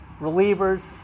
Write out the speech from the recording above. relievers